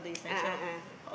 a'ah a'ah